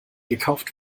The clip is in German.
gekauft